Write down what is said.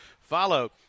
follow